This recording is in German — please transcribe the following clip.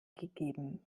gegeben